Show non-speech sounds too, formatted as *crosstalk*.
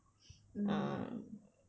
*breath* mm